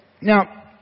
Now